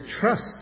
trust